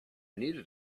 needed